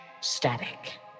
static